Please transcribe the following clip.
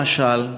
למשל,